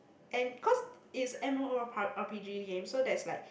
and because it's M_O O R R_P_G game so that's like